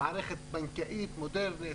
מערכת בנקאית מודרנית,